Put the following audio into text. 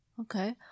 okay